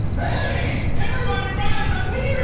hey, everybody rise,